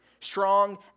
strong